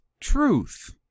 truth